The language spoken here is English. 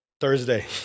Thursday